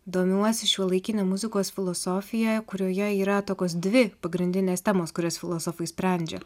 domiuosi šiuolaikine muzikos filosofija kurioje yra tokios dvi pagrindinės temos kurias filosofai sprendžia